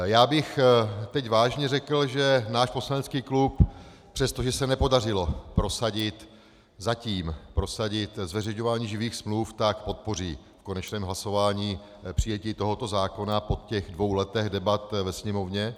Já bych teď vážně řekl, že náš poslanecký klub přesto, že se nepodařilo zatím prosadit zveřejňování živých smluv, tak podpoří v konečném hlasování přijetí tohoto zákona po těch dvou letech debat ve Sněmovně.